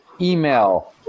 email